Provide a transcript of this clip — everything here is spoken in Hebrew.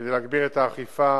כדי להגביר את האכיפה